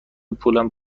پولم